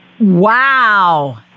Wow